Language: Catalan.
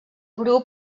grup